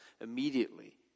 immediately